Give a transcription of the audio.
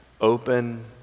Open